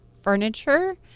furniture